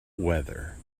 weather